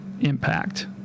impact